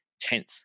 tenth